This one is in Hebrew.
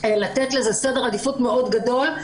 לתת לזה סדר עדיפות מאוד גדול,